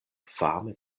fame